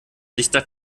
dichter